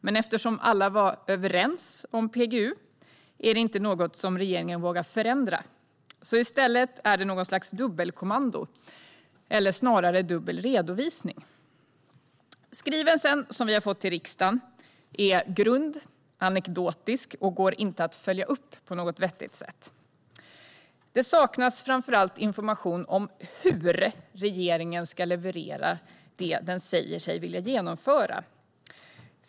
Men eftersom alla var överens om PGU är det inte något som regeringen vågar förändra. Så i stället är det något slags dubbelkommando - eller snarare dubbel redovisning. Skrivelsen som vi har fått till riksdagen är grund, anekdotisk och går inte att följa upp på något vettigt sätt. Det saknas framför allt information om hur regeringen ska leverera det den säger sig vilja genomföra.